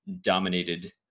dominated